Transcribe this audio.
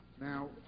Now